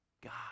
God